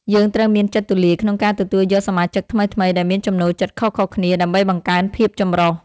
យើងត្រូវមានចិត្តទូលាយក្នុងការទទួលយកសមាជិកថ្មីៗដែលមានចំណូលចិត្តខុសៗគ្នា ដើម្បីបង្កើនភាពចម្រុះ។